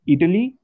Italy